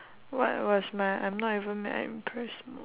what was my I'm not even mad I'm impress mom~